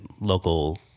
local